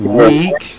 week